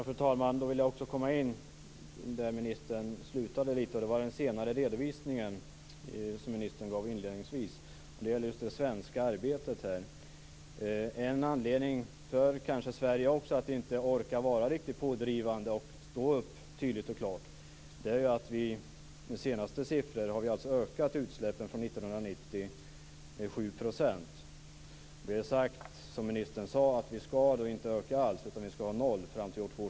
Fru talman! Jag vill komma in där ministern slutade. Det var den senare redovisningen som ministern gav inledningsvis. Det gällde just det svenska arbetet. En anledning för Sverige att kanske inte orka vara riktigt pådrivande och stå upp tydligt och klart är att vi enligt de senaste siffrorna har ökat utsläppen, sedan 1990 med 7 %. Det är sagt, som ministern också sade, att vi inte skall öka utsläppen alls. Fram till år 2000 skall det vara noll.